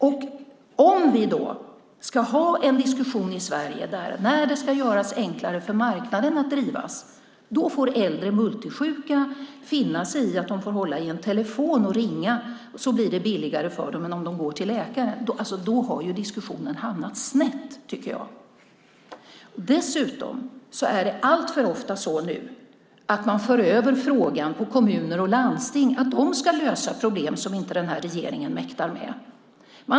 Ska vi ha en diskussion i Sverige om att om det ska göras enklare för marknaden att drivas så får äldre multisjuka finna sig i att hålla i en telefon och ringa? Då blir det billigare för dem än när de går till läkaren. Då har diskussionen hamnat snett, tycker jag. Dessutom för ni nu alltför ofta över frågorna på kommuner och landsting. De ska lösa problem som regeringen inte mäktar med.